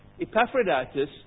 Epaphroditus